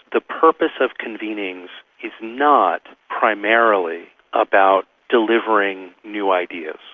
the purpose of convenings is not primarily about delivering new ideas,